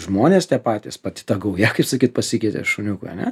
žmonės tie patys pati ta gauja kaip sakyt pasikeitė šuniukui ane